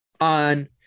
on